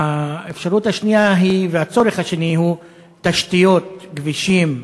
והצורך השני הוא תשתיות, כבישים,